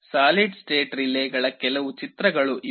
solid state ರಿಲೇಗಳ ಕೆಲವು ಚಿತ್ರಗಳು ಇವು